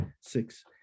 six